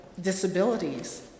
disabilities